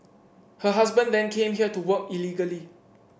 her husband then came here to work illegally